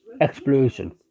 explosion